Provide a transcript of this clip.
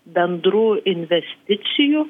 bendrų investicijų